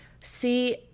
See